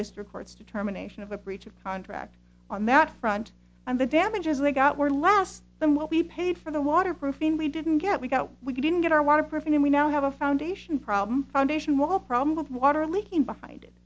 district court's determination of a breach of contract on that front and the damages they got were last than what we paid for the water proofing we didn't get we got we didn't get our water perfect and we now have a foundation problem foundation wall problem of water leaking behind it